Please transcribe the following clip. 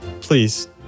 Please